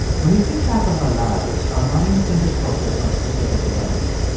when we think back on our lives, our minds tend to focus on specific events.